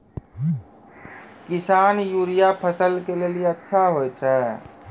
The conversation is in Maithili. किसान यूरिया फसल के लेली अच्छा होय छै?